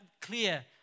clear